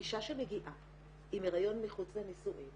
אישה שמגיעה עם היריון מחוץ לנישואין